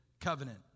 covenant